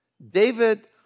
David